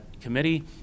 committee